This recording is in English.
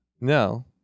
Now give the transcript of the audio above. No